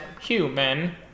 human